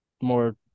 more